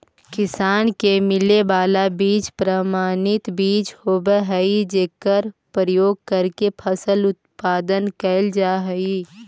किसान के मिले वाला बीज प्रमाणित बीज होवऽ हइ जेकर प्रयोग करके फसल उत्पादन कैल जा हइ